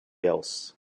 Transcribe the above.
else